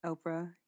Oprah